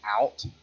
out